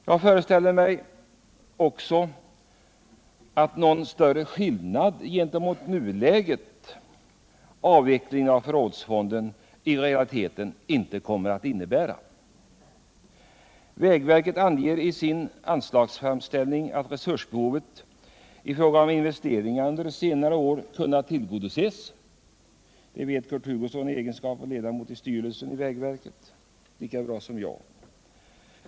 Jag föreställer mig också att en avveckling av förrådsfonden i realiteten inte kommer att innebära någon större skillnad gentemot nuläget. I sin anslagsframställning anger vägverket att resursbehovet för investeringar under senare år har kunnat tillgodoses. Det vet Kurt Hugosson i egenskap av ledamot av vägverkets styrelse lika bra som jag.